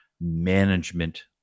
management